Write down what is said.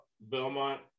Belmont